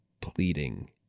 pleading